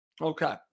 Okay